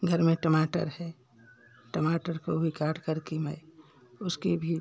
घर में टमाटर है टमाटर को भी काटकर की मैं उसके भी